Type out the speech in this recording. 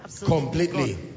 completely